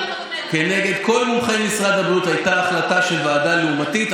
כנגד כל מומחי משרד הבריאות הייתה החלטה שהוועדה לעומתית.